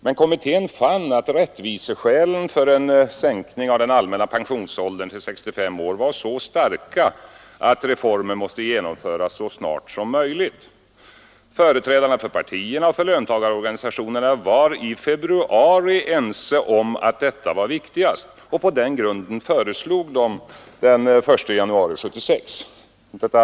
Men kommittén fann att rättviseskälen för en sänkning av den allmänna pensionsåldern till 65 år var så starka att reformen måste genomföras så snart som möjligt. Företrädarna för partierna och för löntagarorganisationerna var i februari i år ense om att detta var viktigast, och på den grunden föreslog de genomförandet av sänkningen från den 1 januari 1976.